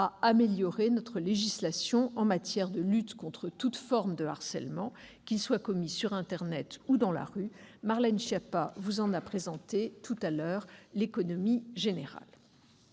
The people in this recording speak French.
améliorer notre législation en matière de lutte contre toute forme de harcèlement, qu'il soit commis sur internet ou dans la rue. Marlène Schiappa vous en a déjà présenté l'économie générale.